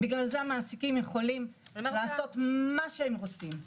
בגלל זה המעסיקים יכולים לעשות מה שהם רוצים.